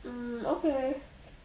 mm okay